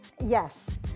Yes